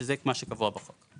שזה מה שקבוע בחוק.